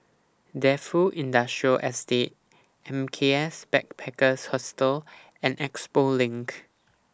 Defu Industrial Estate M K S Backpackers Hostel and Expo LINK